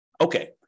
Okay